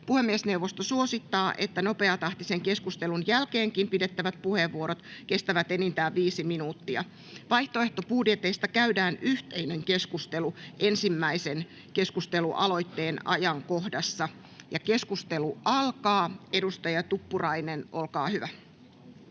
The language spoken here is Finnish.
Puhemiesneuvosto suosittaa, että nopeatahtisen keskusteluosuuden jälkeenkin pidettävät puheenvuorot kestävät enintään viisi minuuttia. Vaihtoehtobudjeteista käydään yhteinen keskustelu ensimmäisen keskustelualoitteen asiakohdassa. Keskustelu alkaa. — Edustaja Tuppurainen, olkaa hyvä.